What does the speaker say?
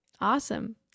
Awesome